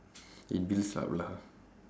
it builds up lah